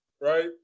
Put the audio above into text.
right